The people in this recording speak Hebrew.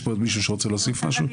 יש פה עוד מישהו שרוצה להוסיף משהו?